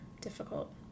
difficult